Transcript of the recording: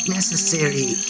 necessary